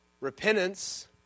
Repentance